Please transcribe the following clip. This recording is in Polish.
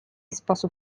sposób